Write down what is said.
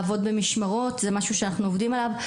לעבוד במשמרות זה משהו שאנחנו עובדים עליו,